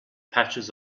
patches